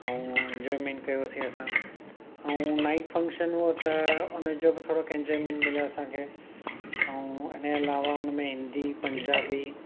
ऐं एंजॉयमेंट कयोसी असां ऐं नाइट फंक्शन हुओ त हुनजो बि थोरो के एंजॉयमेंट मिलियो असांखे ऐं इनजे अलावा हुनमें हिंदी पंजाबी